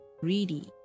greedy